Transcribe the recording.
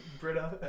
Britta